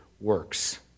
works